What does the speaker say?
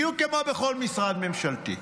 בדיוק כמו בכל משרד ממשלתי.